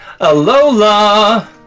Alola